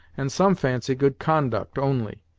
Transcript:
and some fancy good conduct, only.